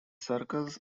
circles